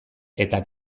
eta